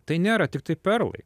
tai nėra tiktai perlai